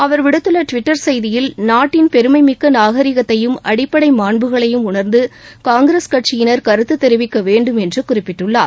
அவர் விடுத்துள்ள டுவிட்டர் கெய்தியில் நாட்டின் பெருமை மிக்க நாகரீகத்தையும் அடிப்படை மாண்புகளையும் உணர்ந்து காங்கிரஸ் கட்சியினர் கருத்து தெரிவிக்கவேண்டும் என்று குறிப்பிட்டுள்ளார்